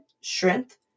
strength